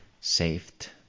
saved